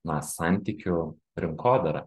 na santykių rinkodara